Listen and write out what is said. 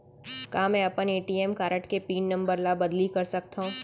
का मैं अपन ए.टी.एम कारड के पिन नम्बर ल बदली कर सकथव?